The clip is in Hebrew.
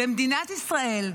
במדינת ישראל,